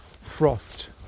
frost